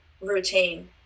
routine